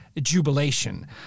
jubilation